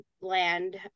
land